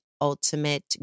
ultimate